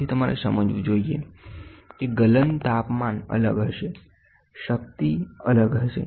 તેથી તમારે સમજવું જોઈએ કે ગલન તાપમાન અલગ હશે શક્તિ અલગ હશે